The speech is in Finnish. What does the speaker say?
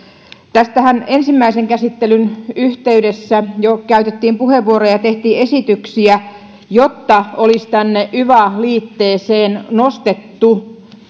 tästähän jo ensimmäisen käsittelyn yhteydessä käytettiin puheenvuoroja ja tehtiin esityksiä että olisi tänne yva liitteeseen nostettu